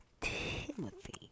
Timothy